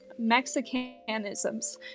Mexicanisms